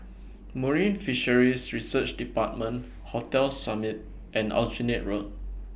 Marine Fisheries Research department Hotel Summit and Aljunied Road